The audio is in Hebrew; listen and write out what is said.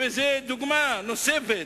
דוגמה נוספת: